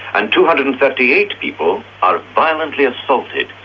and two hundred and thirty eight people are violently assaulted.